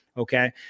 Okay